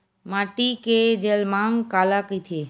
माटी के जलमांग काला कइथे?